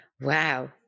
Wow